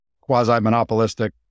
quasi-monopolistic